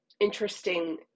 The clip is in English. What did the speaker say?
interesting